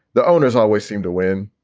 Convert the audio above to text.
the owners always seem to win.